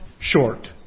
short